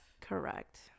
correct